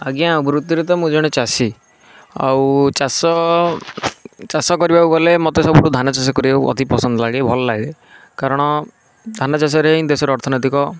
ଆଜ୍ଞା ବୃତ୍ତିରେ ତ ମୁଁ ଜଣେ ଚାଷୀ ଆଉ ଚାଷ ଚାଷ କରିବାକୁ ଗଲେ ମୋତେ ସବୁଠୁ ଧାନଚାଷ କରିବାକୁ ଅଧିକ ପସନ୍ଦ ଲାଗେ ଭଲଲାଗେ କାରଣ ଧାନଚାଷରେ ହିଁ ଦେଶର ଅର୍ଥନୈତିକ